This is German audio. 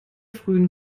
frühen